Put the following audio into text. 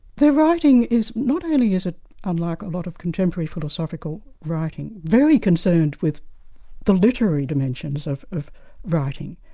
their writing is not only is it unlike a lot of contemporary philosophical writing, very concerned with the literary dimensions of of writing,